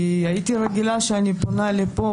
הייתי רגילה שאני פונה לפה,